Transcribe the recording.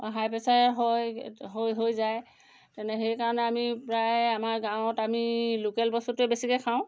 হাই প্ৰেছাৰে হয় হৈ হৈ যায় তেনে সেইকাৰণে আমি প্ৰায় আমাৰ গাঁৱত আমি লোকেল বস্তুটোৱে বেছিকৈ খাওঁ